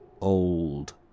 old